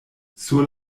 sur